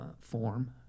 form